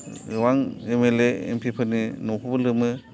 गोबां M L A M P फोरनि न'खौबो लोमो